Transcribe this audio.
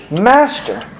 master